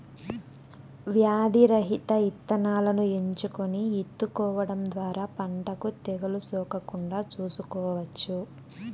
వ్యాధి రహిత ఇత్తనాలను ఎంచుకొని ఇత్తుకోవడం ద్వారా పంటకు తెగులు సోకకుండా చూసుకోవచ్చు